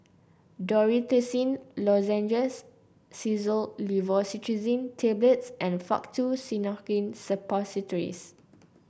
Dorithricin Lozenges Xyzal Levocetirizine Tablets and Faktu Cinchocaine Suppositories